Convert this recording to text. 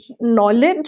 knowledge